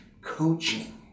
coaching